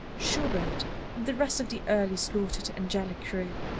schubert and the rest of the early slaughtered angelic crew.